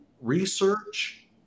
research